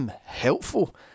helpful